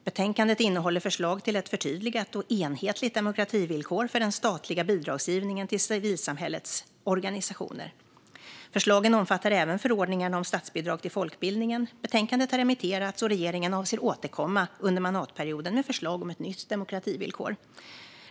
Betänkandet innehåller förslag till ett förtydligat och enhetligt demokrativillkor för den statliga bidragsgivningen till civilsamhällets organisationer. Förslagen omfattar även förordningarna om statsbidrag till folkbildningen. Betänkandet har remitterats, och regeringen avser att återkomma under mandatperioden med förslag om ett nytt demokrativillkor.